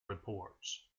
reports